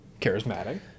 charismatic